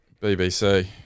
bbc